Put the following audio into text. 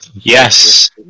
Yes